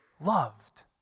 loved